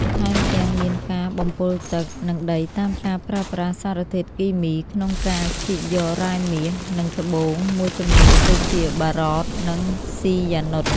ថែមទាំងមានការបំពុលទឹក និងដីតាមការប្រើប្រាស់សារធាតុគីមី ក្នុងការជីកយករ៉ែមាស និងត្បូងមួយចំនួនដូចជា បារត និង ស៊ីយ៉ានុត។